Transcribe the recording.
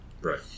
Right